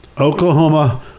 Oklahoma